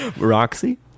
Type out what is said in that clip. Roxy